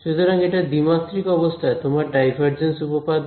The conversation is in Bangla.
সুতরাং এটা দ্বিমাত্রিক অবস্থায় তোমার ডাইভারজেন্স উপপাদ্য